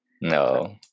No